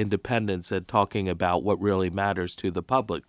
independence said talking about what really matters to the public